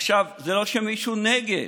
עכשיו, זה לא שמישהו נגד.